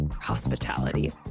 Hospitality